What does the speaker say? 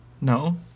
No